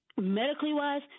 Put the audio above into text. medically-wise